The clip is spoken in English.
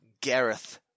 Gareth